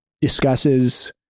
discusses